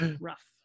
rough